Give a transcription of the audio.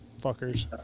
fuckers